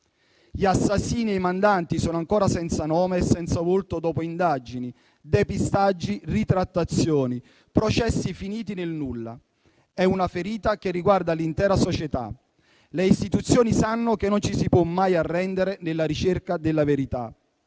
Gli assassini e i mandanti sono ancora senza nome e senza volto, dopo indagini, depistaggi, ritrattazioni, processi finiti nel nulla. È una ferita che riguarda l'intera società. Le istituzioni sanno che non ci si può mai arrendere nella ricerca della verità.